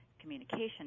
communication